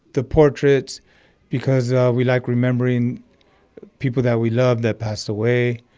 the portraits because ah we like remembering people that we love that passed away.